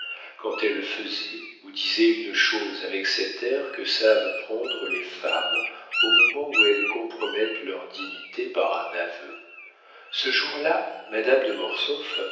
quand elle faisait ou disait une chose avec cet air que savent prendre les femmes au moment où elles compromettent leur dignité par un aveu ce jour-là madame de